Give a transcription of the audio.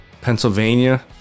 Pennsylvania